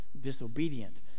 disobedient